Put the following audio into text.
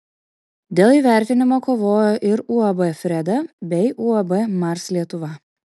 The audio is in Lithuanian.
dėl įvertinimo kovojo ir uab freda bei uab mars lietuva